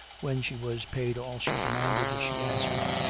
when she was paid all she demanded, she answered,